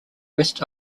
rest